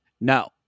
No